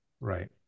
Right